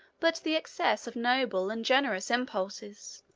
but the excess of noble and generous impulses.